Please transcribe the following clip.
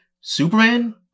Superman